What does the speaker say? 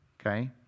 Okay